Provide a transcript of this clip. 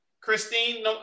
christine